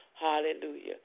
Hallelujah